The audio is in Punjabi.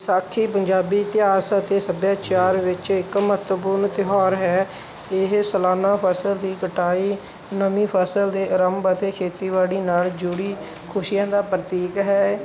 ਵਿਸਾਖੀ ਪੰਜਾਬੀ ਇਤਿਹਾਸ ਅਤੇ ਸੱਭਿਆਚਾਰ ਵਿੱਚ ਇੱਕ ਮਹੱਤਵਪੂਰਨ ਤਿਉਹਾਰ ਹੈ ਇਹ ਸਲਾਨਾ ਫਸਲ ਦੀ ਕਟਾਈ ਨਵੀਂ ਫਸਲ ਦੇ ਆਰੰਭ ਅਤੇ ਖੇਤੀਬਾੜੀ ਨਾਲ ਜੁੜੀ ਖੁਸ਼ੀਆਂ ਦਾ ਪ੍ਰਤੀਕ ਹੈ